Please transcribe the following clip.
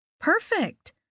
Perfect